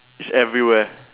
it's everywhere